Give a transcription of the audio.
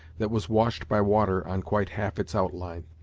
that was washed by water on quite half its outline.